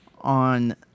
on